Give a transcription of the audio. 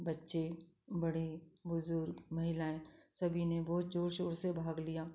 बच्चे बड़े बुजुर्ग महिलाएँ सभी ने बहुत जोर शोर से भाग लिया